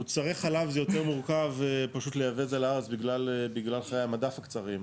מוצרי חלב זה יותר מורכב לייבא את זה לארץ בגלל חיי המדף הקצרים,